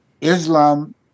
Islam